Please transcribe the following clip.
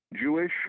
Jewish